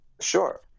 Sure